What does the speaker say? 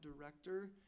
director